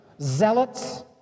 zealots